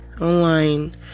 online